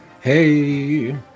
Hey